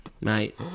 Mate